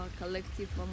collective